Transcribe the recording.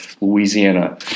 Louisiana